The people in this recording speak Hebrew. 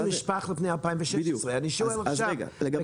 זה חלב שנשפך לפני 2016. אני שואל עכשיו לגבי